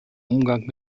umgang